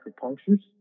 punctures